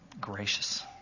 gracious